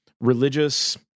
religious